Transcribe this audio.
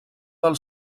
del